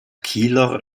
kieler